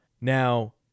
now